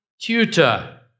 tutor